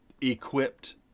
equipped